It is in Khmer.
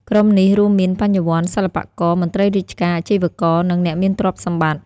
ក្រុមនេះរួមមាន បញ្ញវន្ត សិល្បករ មន្ត្រីរាជការ អាជីវករ និងអ្នកមានទ្រព្យសម្បត្តិ។